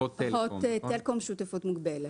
הוט טלקום, שותפות מוגבלת.